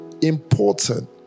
important